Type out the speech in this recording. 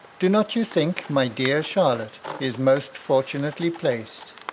do not you think my dear charlotte is most fortunately placed,